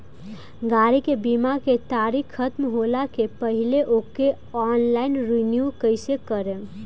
गाड़ी के बीमा के तारीक ख़तम होला के पहिले ओके ऑनलाइन रिन्यू कईसे करेम?